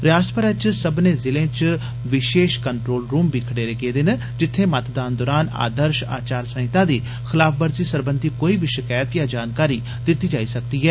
रियासतै अरै च सब्बने जिलें च विशेष कंट्रोल रूम बी खडेरे गेदे न जित्थे मतदान दरान आदर्श आचार संहिता दी खलाफवर्जी सरबंधी कोई बी शकैत या जानकारी दिती जाई सकदी ऐ